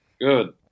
Good